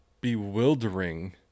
bewildering